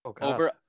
over